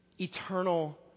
eternal